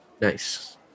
nice